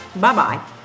Bye-bye